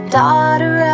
daughter